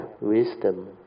wisdom